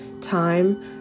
time